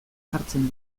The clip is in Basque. jartzen